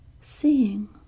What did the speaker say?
Seeing